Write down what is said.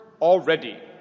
already